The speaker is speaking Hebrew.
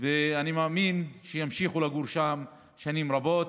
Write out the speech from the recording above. ואני מאמין שימשיכו לגור שם שנים רבות,